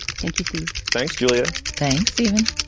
thank you, steve. thanks, julia. thanks, stephen